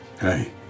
Hey